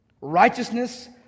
Righteousness